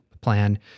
plan